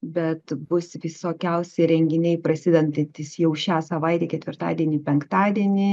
bet bus visokiausi renginiai prasidedantys jau šią savaitę ketvirtadienį penktadienį